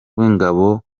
w’ingabo